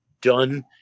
done